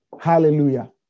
Hallelujah